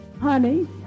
honey